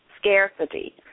scarcity